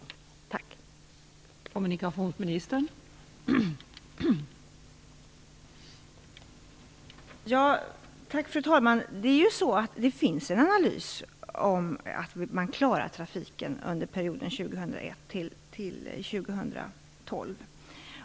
Tack!